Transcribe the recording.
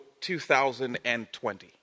2020